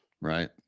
Right